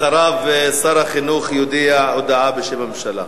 אחריו, שר החינוך יודיע הודעה בשם הממשלה.